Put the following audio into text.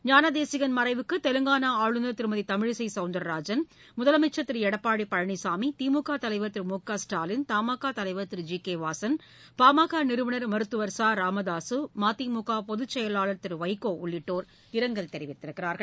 ஞானதேசிகள் மறைவுக்குதெலங்கானாஆளுநர் திருமதிதமிழிசைசௌந்தரராஜன் முதலமைச்சர் கிரு திருளடப்பாடிபழனினமி திமுகதலைவர் திருமுகஸ்டாலின் தமாகாதலைவர் திரு ஜி கேவாசன் பாமகநிறுவனர் மருத்துவர் ச ராமதாசு மதிமுகபொதுச்செயலாளர் திருவைனோஉள்ளிட்டோர் இரங்கல் தெரிவித்துள்ளனர்